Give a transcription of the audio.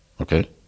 Okay